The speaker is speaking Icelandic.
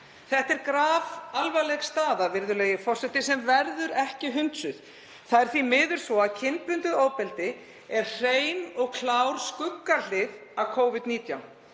Þetta er grafalvarleg staða, virðulegi forseti, sem ekki verður hunsuð. Það er því miður svo að kynbundið ofbeldi er hrein og klár skuggahlið af Covid-19.